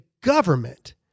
government